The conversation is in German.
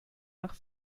nach